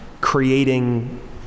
creating